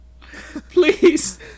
Please